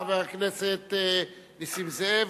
חבר הכנסת נסים זאב,